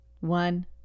one